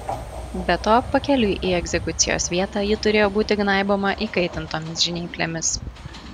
be to pakeliui į egzekucijos vietą ji turėjo būti gnaiboma įkaitintomis žnyplėmis